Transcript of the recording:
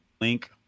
link